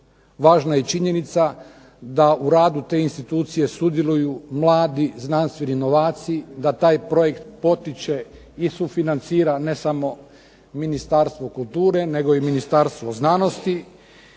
Važna je i činjenica da u radu te institucije sudjeluju mladi znanstveni novaci, da taj projekt potiče i sufinancira ne samo Ministarstvo kulture nego i Ministarstvo znanosti